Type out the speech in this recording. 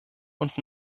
und